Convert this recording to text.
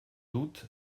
doute